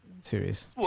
Serious